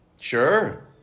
Sure